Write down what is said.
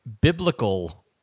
biblical